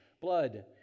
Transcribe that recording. blood